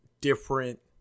different